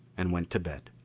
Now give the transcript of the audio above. and went to bed.